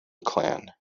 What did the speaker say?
clan